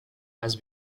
has